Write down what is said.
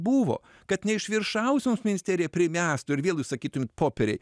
buvo kad ne iš viršaus jums ministerija primestų ir vėl jūs sakytumėt popieriai